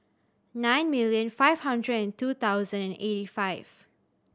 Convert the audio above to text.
nine million five hundred and two thousand eighty five